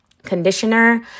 Conditioner